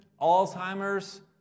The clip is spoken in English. Alzheimer's